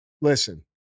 listen